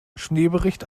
schneebericht